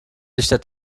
dichter